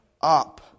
up